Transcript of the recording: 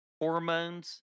hormones